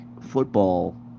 football